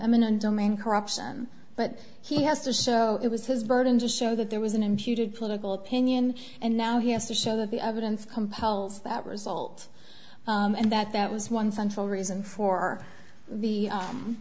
eminent domain corruption but he has to so it was his burden to show that there was an imputed political opinion and now he has to show that the evidence compels that result and that that was one central reason for the